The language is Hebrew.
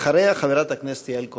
אחריה, חברת הכנסת יעל כהן-פארן.